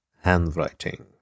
handwriting